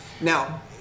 now